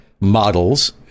models